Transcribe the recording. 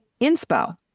inspo